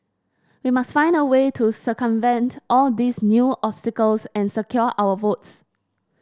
we must find a way to circumvent all these new obstacles and secure our votes